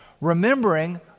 Remembering